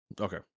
Okay